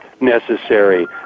necessary